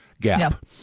gap